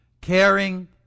caring